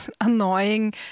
annoying